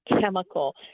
chemical